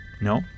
No